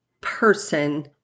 person